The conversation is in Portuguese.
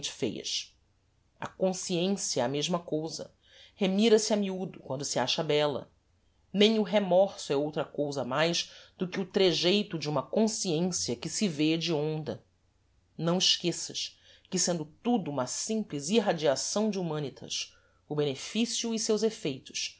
feias a consciencia é a mesma cousa remira se a miudo quando se acha bella nem o remorso é outra cousa mais do que o trejeito de uma consciencia que se vê hedionda não esqueças que sendo tudo uma simples irradiação de humanitas o beneficio e seus effeitos